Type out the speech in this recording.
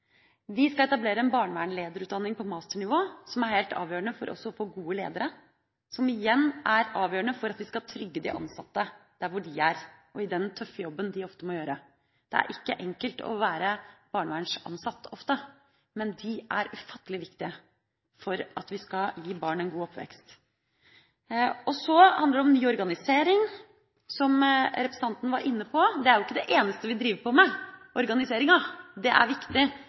Vi skal etablere en barnevernlederutdanning på masternivå, som er helt avgjørende for å få gode ledere, og som igjen er avgjørende for at vi skal trygge de ansatte der hvor de er, og i den tøffe jobben de ofte må gjøre. Det er ofte ikke enkelt å være barnevernsansatt, men de er ufattelig viktige for at vi skal gi barn en god oppvekst. Så handler det om ny organisering, som representanten var inne på. Men organisering er ikke det eneste vi driver på med, det er viktig, men det er mange andre ting som er like viktig.